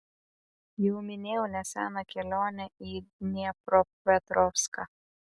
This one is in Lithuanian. jau minėjau neseną kelionę į dniepropetrovską